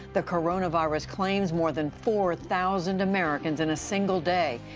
the coronavirus claims more than four thousand americans in a single day,